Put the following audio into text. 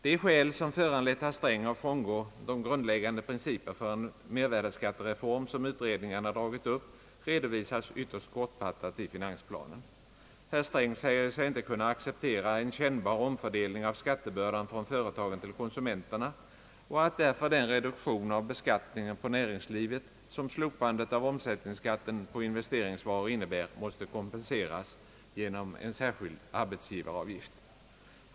De skäl som föranlett herr Sträng att frångå de grundläggande principer för en mervärdeskattereform som utredningarna dragit upp redovisas ytterst kortfattat i finansplanen. Herr Sträng säger sig inte kunna acceptera en kännbar omfördelning av skattebördan från företagen till konsumenterna och att därför den reduktion av beskattningen på näringslivet som slopandet av omsättningsskatten på investeringsvaror innebär måste kompenseras genom en särskild arbetsgivaravgift.